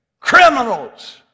Criminals